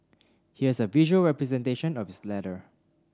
here's a visual representation of his letter